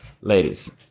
ladies